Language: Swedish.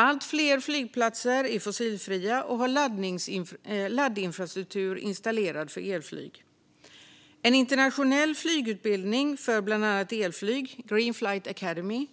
Allt fler flygplatser är fossilfria och har laddinfrastruktur installerad för elflyg. En internationell flygutbildning för bland annat elflyg, Green Flight Academy,